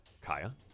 Kaya